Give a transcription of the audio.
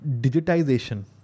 Digitization